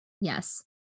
Yes